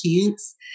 chance